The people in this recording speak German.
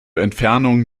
entfernung